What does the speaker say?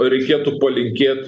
reikėtų palinkėt